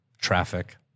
traffic